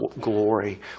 glory